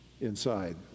inside